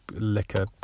liquor